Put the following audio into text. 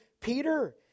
Peter